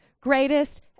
Greatest